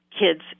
kids